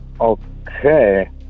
Okay